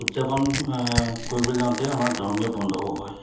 উদযাপন কৰিবলৈ যাওঁতে আমাৰ ধৰ্মীয় বন্ধও হয়